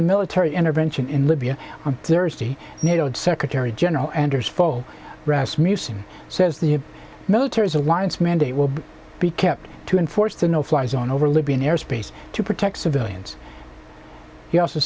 the military intervention in libya on thursday nato secretary general anders fogh rasmussen says the military is alliance mandate will be kept to enforce the no fly zone over libya airspace to protect civilians he also